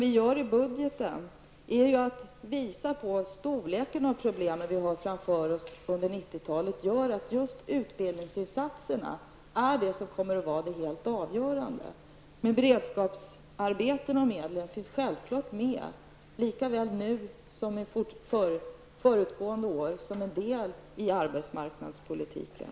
I budgeten visar vi på att storleksordningen av de problem som vi har framför oss under 90-talet gör att just utbildningsinsatserna kommer att vara helt avgörande. Men beredskapsarbeten och medlen finns självfallet med, såväl nu som föregående år, som en del i arbetsmarknadspolitiken.